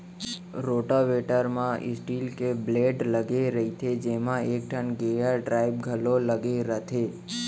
rotavator म steel के blade लगे रइथे जेमा एकठन गेयर ड्राइव घलौ लगे रथे